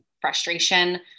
frustration